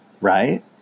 right